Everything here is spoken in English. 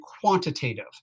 quantitative